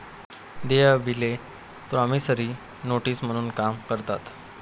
देय बिले promissory notes म्हणून काम करतात